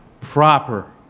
Proper